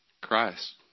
Christ